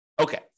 Okay